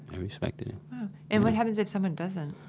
they respect it it and what happens if someone doesn't?